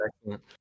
excellent